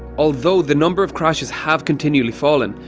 although the number of crashes have continually fallen,